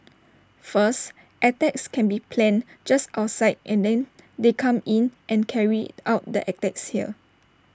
first attacks that can be planned just outside and then they come in and carry out the attacks here